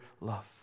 love